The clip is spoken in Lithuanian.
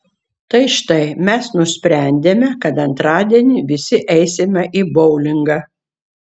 tai štai mes nusprendėme kad antradienį visi eisime į boulingą